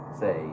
say